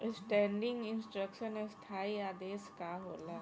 Standing instruction स्थाई आदेश का होला?